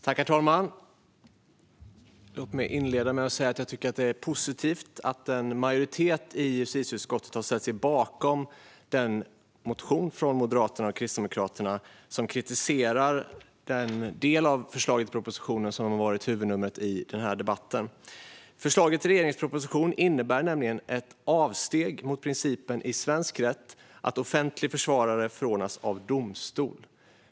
Herr talman! Låt mig inleda med att säga att det är positivt att en majoritet i justitieutskottet har ställt sig bakom den motion från Moderaterna och Kristdemokraterna som kritiserar den del av förslaget i propositionen som har varit huvudnumret i den här debatten. Förslaget i regeringens proposition innebär nämligen ett avsteg från principen i svensk rätt att offentlig försvarare förordnas av domstol.